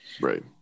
Right